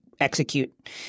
Execute